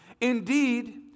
Indeed